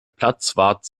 platzwart